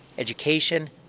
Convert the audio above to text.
Education